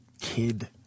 kid